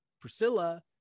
Priscilla